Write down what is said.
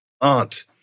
aunt